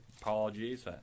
apologies